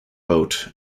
boat